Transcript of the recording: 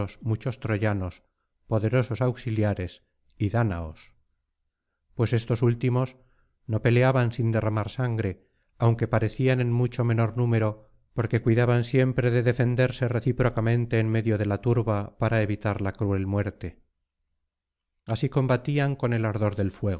muchos troyanos poderosos auxiliares y dáñaos pues estos últimos no peleaban sin derramar sangre aunque perecían en mucho menor número porque cuidaban siempre de defenderse recíprocamente en medio de la turba para evitar la cruel muerte así combatían con el ardor del